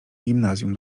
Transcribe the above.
gimnazjum